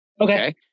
Okay